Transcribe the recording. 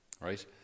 right